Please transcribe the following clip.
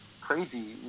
crazy